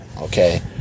Okay